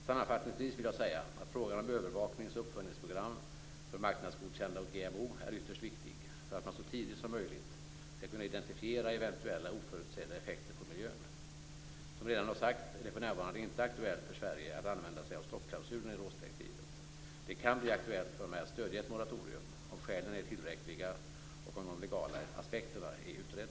Sammanfattningsvis vill jag säga att frågan om övervaknings och uppföljningsprogram för marknadsgodkända GMO är ytterst viktig för att man så tidigt som möjligt skall kunna identifiera eventuella oförutsedda effekter på miljön. Som jag redan sagt är det för närvarande inte aktuellt för Sverige att använda sig av stoppklausulen i rådsdirektivet. Det kan bli aktuellt för mig att stödja ett moratorium om skälen är tillräckliga och de legala aspekterna är utredda.